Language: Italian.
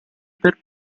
per